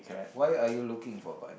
why are you looking for but